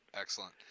Excellent